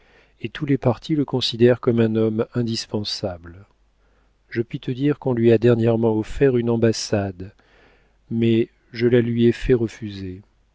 et tous les partis le considèrent comme un homme indispensable je puis te dire qu'on lui a dernièrement offert une ambassade mais je la lui ai fait refuser